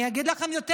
אני אגיד לכם יותר